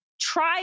Try